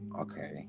okay